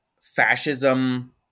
fascism